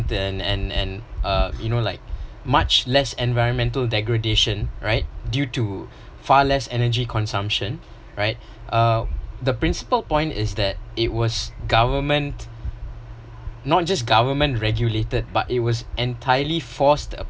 then and and uh you know like much less environmental degradation right due to far less energy consumption right uh the principal point is that it was government not just government regulated but it was entirely forced